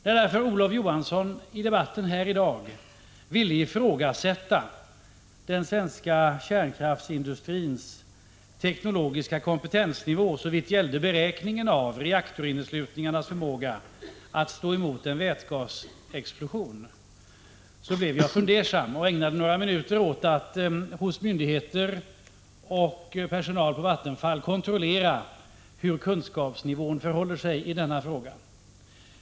När Olof Johansson i debatten här i dag ville ifrågasätta den svenska kärnkraftsindustrins teknologiska kompetensnivå såvitt gällde beräkningen av reaktorinneslutningarnas förmåga att stå emot en vätgasexplosion blev jag därför fundersam. Jag ägnade några minuter åt att hos myndigheter och hos personal på Vattenfall kontrollera hur det förhåller sig med kunskapsnivån i denna fråga.